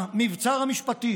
המבצר המשפטי